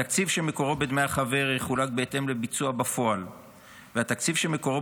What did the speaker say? התקציב שמקורו בדמי החבר יחולק בהתאם לביצוע בפועל והתקציב שמקורו